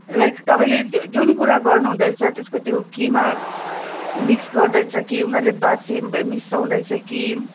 like तपाईँले जुन कुरा गर्नु हुँदैछ त्यसको त्यो किमा मिक्स गर्दैछ कि उनीहरूले बासी मिसाउँदैछ कि